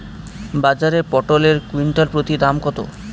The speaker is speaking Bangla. বাজারে পটল এর কুইন্টাল প্রতি দাম কত?